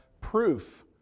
proof